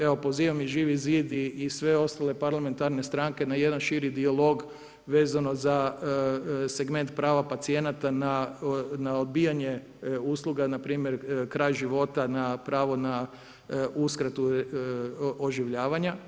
Evo pozivam i Živi zid i sve ostale parlamentarne stranke na jedan širi dijalog vezano za segment prava pacijenata na odbijanje usluga npr. kraj života na pravo na uskratu oživljavanja.